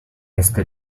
este